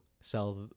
sell